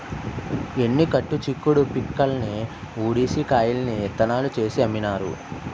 ఎన్ని కట్టు చిక్కుడు పిక్కల్ని ఉడిసి కాయల్ని ఇత్తనాలు చేసి అమ్మినారు